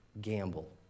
gamble